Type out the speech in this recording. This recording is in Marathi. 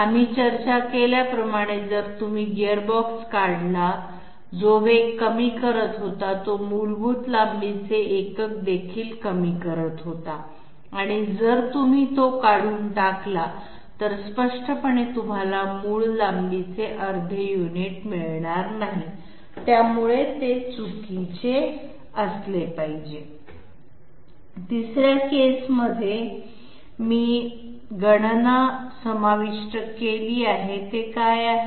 आम्ही चर्चा केल्याप्रमाणे जर तुम्ही गीअरबॉक्स काढला जो वेग कमी करत होता तो मूलभूत लांबीचे एकक देखील कमी करत होता आणि जर तुम्ही तो काढून टाकला तर स्पष्टपणे तुम्हाला मूळ लांबीचे अर्धे युनिट मिळणार नाही त्यामुळे ते चुकीचे असले पाहिजे तिसऱ्या केस मध्ये मी गणना समाविष्ट केली आहे ते काय आहे